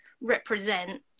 represent